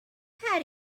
how